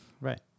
right